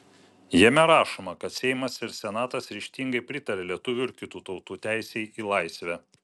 jame rašoma kad seimas ir senatas ryžtingai pritaria lietuvių ir kitų tautų teisei į laisvę